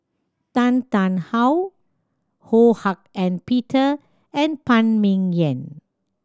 Tan Tarn How Ho Hak Ean Peter and Phan Ming Yen